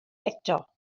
eto